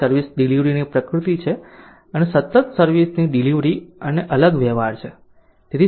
અહી સર્વિસ ડિલિવરીની પ્રકૃતિ છે અને સતત સર્વિસ ની ડિલિવરી અને અલગ વ્યવહાર છે